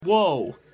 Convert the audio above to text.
Whoa